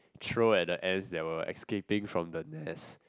throw at the ants that were escaping from the nest